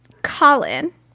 Colin